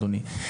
אדוני.